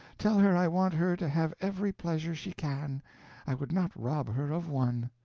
tell her i want her to have every pleasure she can i would not rob her of one.